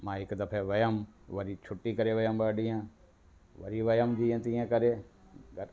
मां हिकु दफ़े वियुमि वरी छुट्टी करे वियुमि ॿ ॾींहं वरी वियुमि जीअं तीअं करे